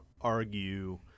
argue